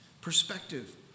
Perspective